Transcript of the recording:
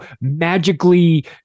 magically